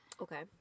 Okay